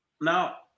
Now